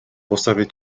postawię